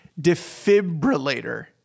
defibrillator